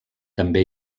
també